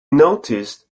noticed